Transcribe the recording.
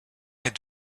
est